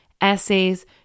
Essays